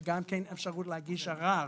יש גם אפשרות להגיש ערר.